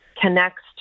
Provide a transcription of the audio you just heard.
connects